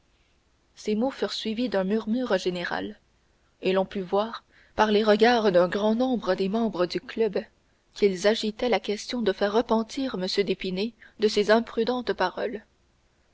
ces mots furent suivis d'un murmure général et l'on put voir par les regards d'un grand nombre des membres du club qu'ils agitaient la question de faire repentir m d'épinay de ces imprudentes paroles